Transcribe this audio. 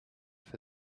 for